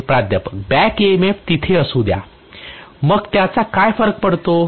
मुळे प्राध्यापक बॅक EMFतिथे असू द्या मग त्याचा काय फरक पडतो